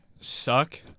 suck